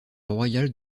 royale